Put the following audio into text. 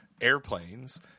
airplanes